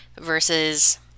versus